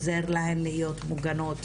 עוזר להן להיות מוגנות,